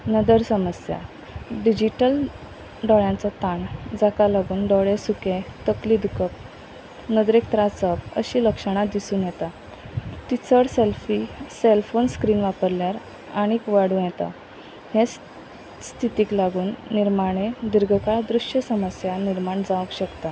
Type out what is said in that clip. नदर समस्या डिजीटल डोळ्यांचो ताण जाका लागून दोळे सुके तकली दुखप नदरेक त्रास जावप अशी लक्षणां दिसून येता ती चड सेल्फी सॅल्फोन स्क्रीन वापरल्यार आनीक वाडूं येता हेच स्थितीक लागून निर्माणे दीर्घळ दृश्य समस्या निर्माण जावंक शकता